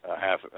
half